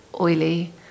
oily